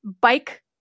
bike